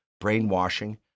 brainwashing